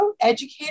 educator